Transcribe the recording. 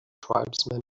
tribesmen